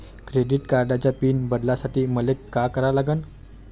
Credit कार्डाचा PIN बदलासाठी मले का करा लागन?